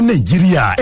Nigeria